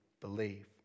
believe